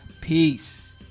Peace